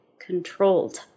controlled